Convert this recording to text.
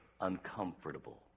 uncomfortable